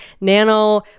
nano